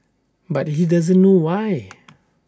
but he doesn't know why